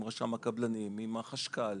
עם רשם הקבלנים ועם החשכ"ל.